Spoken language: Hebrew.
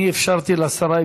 אני אפשרתי לשרה,